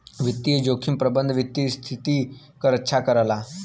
वित्तीय जोखिम प्रबंधन वित्तीय स्थिति क रक्षा करला